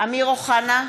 אמיר אוחנה,